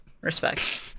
Respect